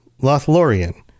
Lothlorien